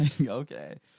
Okay